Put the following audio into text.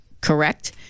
Correct